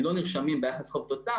הם לא נרשמים ביחס חוב-תוצר.